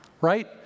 right